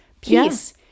Peace